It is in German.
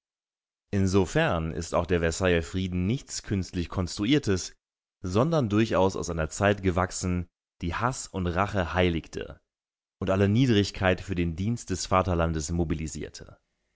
insofern ist auch der versailler frieden nichts künstlich konstruiertes sondern durchaus aus einer zeit gewachsen die haß und rache heiligte und alle niedrigkeit für den dienst des vaterlandes mobilisierte